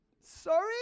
Sorry